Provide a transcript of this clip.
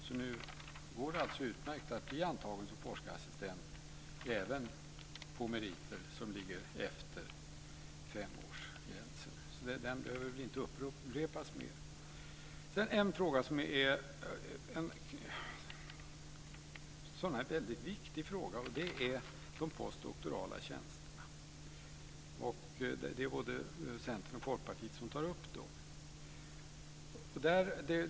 Nu går det alltså utmärkt att bli antagen som forskarassistent även på meriter som ligger efter femårsgränsen, så det behöver inte upprepas mer. Sedan har vi en fråga som är väldigt viktig, och det är de postdoktorala tjänsterna. Både Centern och Folkpartiet tar upp det.